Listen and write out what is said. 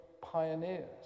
pioneers